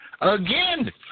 Again